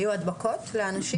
היו הדבקות של אנשים?